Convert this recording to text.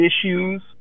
issues